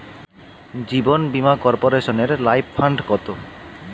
জীবন বীমা কর্পোরেশনের life fund কত?